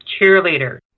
cheerleader